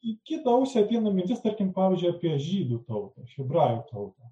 į kitą ausį ateina mintis tarkim pavyzdžiui apie žydų tautą hebrajų kalba